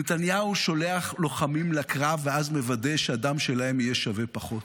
נתניהו שולח לוחמים לקרב ואז מוודא שהדם שלהם יהיה שווה פחות.